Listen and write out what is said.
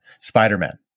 Spider-Man